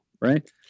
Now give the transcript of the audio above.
right